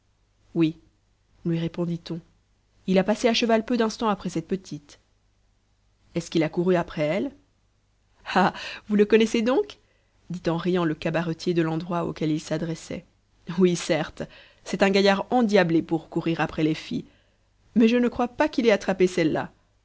oui lui répondit-on il a passé à cheval peu d'instants après cette petite est-ce qu'il a couru après elle ah vous le connaissez donc dit en riant le cabaretier de l'endroit auquel il s'adressait oui certes c'est un gaillard endiablé pour courir après les filles mais je ne crois pas qu'il ait attrapé celle-là